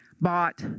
bought